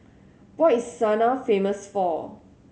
what is Sanaa famous for